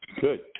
Good